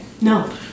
No